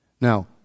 now